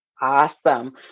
Awesome